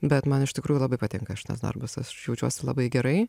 bet man iš tikrųjų labai patinka šitas darbas aš jaučiuos labai gerai